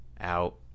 out